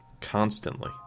constantly